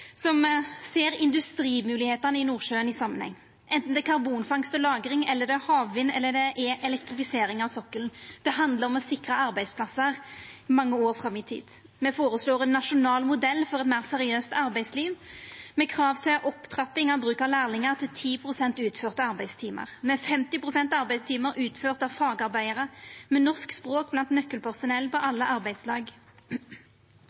budsjett. Me føreslår ein Nordsjø-plan som ser industrimoglegheitene i Nordsjøen i samanheng, anten det er karbonfangst og -lagring, havvind eller elektrifisering av sokkelen – det handlar om å sikra arbeidsplassar mange år fram i tid. Me føreslår ein nasjonal modell for eit meir seriøst arbeidsliv, med krav til opptrapping av bruk av lærlingar til 10 pst. utførde arbeidstimar, med 50 pst. arbeidstimar utførde av fagarbeidarar, med norsk språk blant nøkkelpersonell på